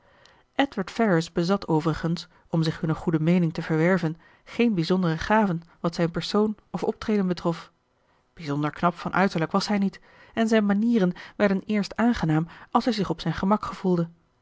edward ferrars bezat overigens om zich hunne goede meening te verwerven geen bijzondere gaven wat zijn persoon of optreden betrof bijzonder knap van uiterlijk was hij niet en zijn manieren werden eerst aangenaam als hij zich op zijn gemak gevoelde